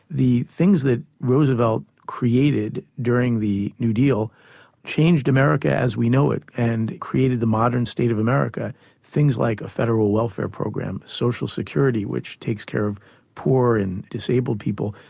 the things that roosevelt created during the new deal changed america as we know it, and created the modern state of america things like a federal welfare program, social security, which takes care of poor and disabled people,